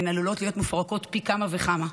הן עלולות להיות מפורקות פי כמה וכמה.